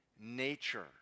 nature